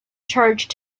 charged